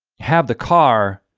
have the car